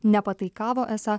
nepataikavo esą